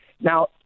Now